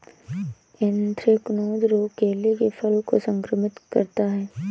anthracnose रोग केले के फल को संक्रमित करता है